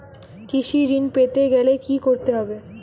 কৃষি ঋণ পেতে গেলে কি করতে হবে?